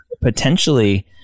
potentially